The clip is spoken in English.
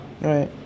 Right